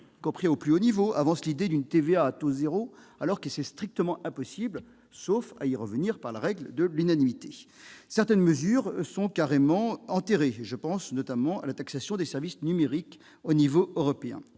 compris au plus haut niveau, avancent l'idée d'une TVA à taux zéro, alors que c'est strictement impossible, sauf à y revenir par la règle de l'unanimité. Certaines mesures sont carrément enterrées. Je pense notamment à la taxation des services numériques au niveau européen.